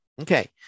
Okay